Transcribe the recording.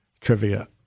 trivia